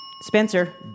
Spencer